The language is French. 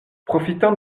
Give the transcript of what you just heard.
profitant